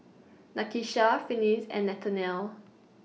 Nakisha Finis and Nathanial